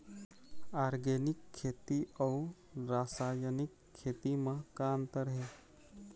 Organic खेती अउ रासायनिक खेती म का अंतर हे?